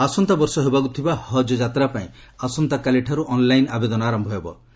ହଜ୍ ନକ୍ଭୀ ଆସନ୍ତା ବର୍ଷ ହେବାକୁ ଥିବା ହଜ୍ ଯାତ୍ରାପାଇଁ ଆସନ୍ତାକାଲିଠାରୁ ଅନ୍ଲାଇନ୍ ଆବେଦନ ଆରମ୍ଭ ହେବ